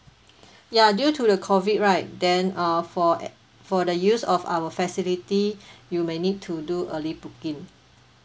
ya due to the COVID right then uh for a~ for the use of our facility you may need to do early booking